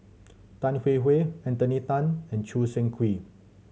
Tan Hwee Hwee Anthony Then and Choo Seng Quee